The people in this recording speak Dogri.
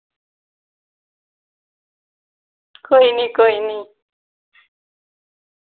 कोई निं कोई निं